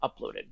uploaded